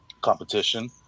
competition